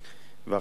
עכשיו סוף-סוף,